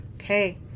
Okay